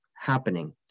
happening